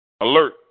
Alert